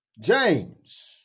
James